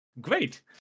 great